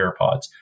AirPods